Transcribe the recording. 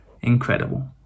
Incredible